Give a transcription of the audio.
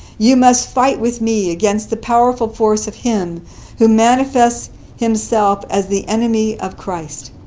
you must. fight with me against the powerful force of him who manifests himself as the enemy of christ.